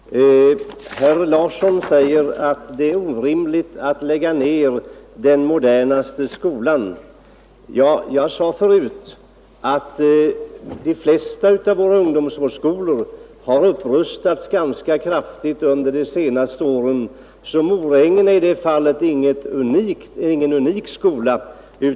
Fru talman! Herr Larsson i Öskevik säger att det är orimligt att lägga ned den modernaste skolan. Jag nämnde förut att de flesta av våra ungdomsvårdsskolor har upprustats ganska kraftigt de senaste åren, och Morängen är alltså i det fallet ingen unik skola.